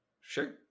sure